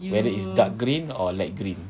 whether it's dark green or light green